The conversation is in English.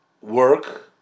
work